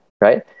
right